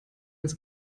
ist